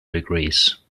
degrees